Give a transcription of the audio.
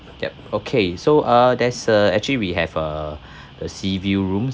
yup okay so uh there's a actually we have a a sea view rooms